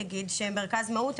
אגיד שמרכז מהות,